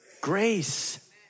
grace